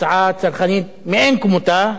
הצעה צרכנית מאין כמותה,